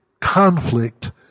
conflict